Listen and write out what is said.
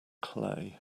clay